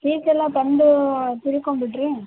ಫೀಸೆಲ್ಲ ಬಂದು ತಿಳ್ಕೊಂಡ್ಬಿಡ್ರಿ